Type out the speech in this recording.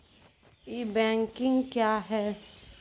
ई banking क्या हैं?